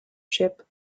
ship